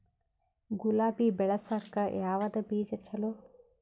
ಗುಲಾಬಿ ಬೆಳಸಕ್ಕ ಯಾವದ ಬೀಜಾ ಚಲೋ?